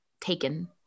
taken